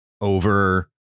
over